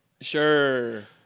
Sure